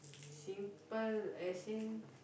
simple as in